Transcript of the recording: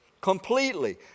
Completely